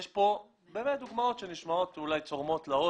יש פה דוגמאות שנשמעות צורמות לאוזן,